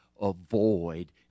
avoid